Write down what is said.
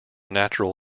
natural